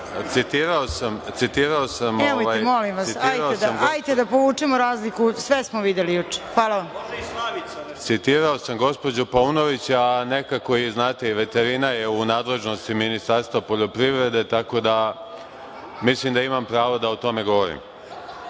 Citirao sam gospođo Paunović, a nekako je znate, veterina u nadležnosti Ministarstva poljoprivrede tako da mislim da imam pravo da o tome govorim.E,